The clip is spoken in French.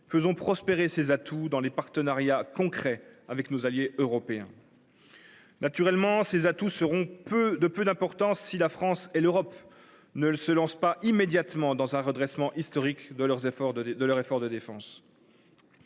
Faisons prospérer ces atouts dans des partenariats concrets avec nos alliés européens. Naturellement, ces atouts auront peu d’importance si la France et l’Europe ne se lancent pas immédiatement dans un redressement historique de leur effort de défense.